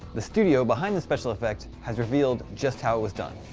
the studio behind the special effect has revealed just how it was done.